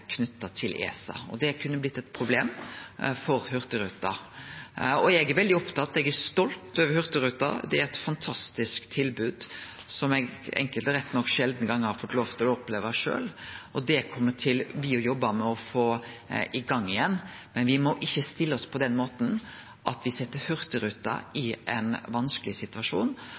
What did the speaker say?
knytt til ESA, og det kunne blitt eit problem for Hurtigruten. Eg er stolt over Hurtigruten. Det er eit fantastisk tilbod, som eg rett nok sjeldan, men enkelte gonger har fått lov til å oppleve sjølv. Det kjem me til å jobbe med å få i gang igjen. Men me må ikkje stille oss på den måten at me set Hurtigruten i ein vanskeleg situasjon.